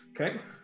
Okay